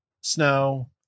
Snow